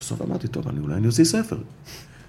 ‫בסוף אמרתי, טוב, ‫אולי אני אוציא ספר.